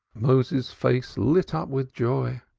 moses's face lit up with joy.